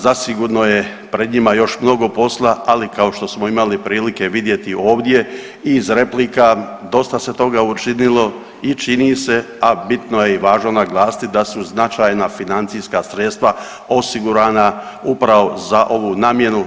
Zasigurno je pred njima još mnogo posla, ali kao što smo imali prilike vidjeti ovdje iz replika, dosta se toga učinilo i čini se, a bitno je i važno naglasiti da su značajna financijska sredstva osigurana upravo za ovu namjenu.